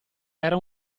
era